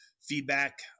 feedback